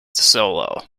solo